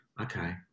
Okay